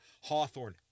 Hawthorne